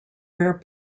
rare